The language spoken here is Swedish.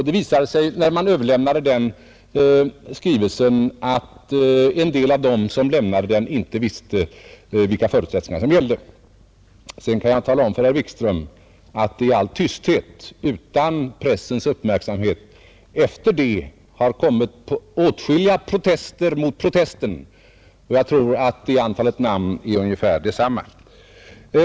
Det visade sig, när man överlämnade den skrivelsen, att en del av dem som lämnade den inte visste vilka förutsättningar som gällde. Sedan kan jag tala om för herr Wikström, att det i all tysthet utan pressens uppmärksamhet därefter har kommit åtskilliga protester mot protestskrivelsen. Jag tror att antalet namn är ungefär detsamma.